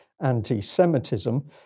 anti-Semitism